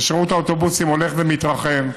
שירות האוטובוסים הולך ומתרחב,